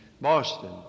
Boston